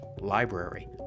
library